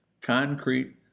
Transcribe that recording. concrete